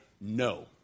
No